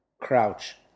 Crouch